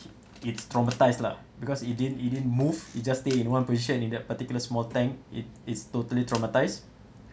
it's traumatised lah because it didn't it didn't move it just stay in one position in that particular small tank it is totally traumatised